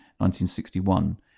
1961